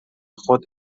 خود